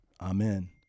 Amen